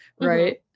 right